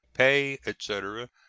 pay, etc,